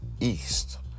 east